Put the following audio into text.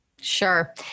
Sure